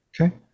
Okay